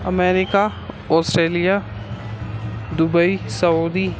America Australia Dubai Saudi